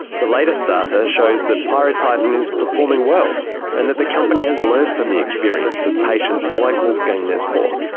the latest data shows that pyrotitan is performing well and that the company has learnt from the experience of patients like wolfgang neszpor.